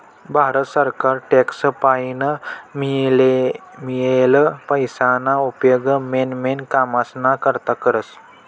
भारत सरकार टॅक्स पाईन मियेल पैसाना उपेग मेन मेन कामेस्ना करता करस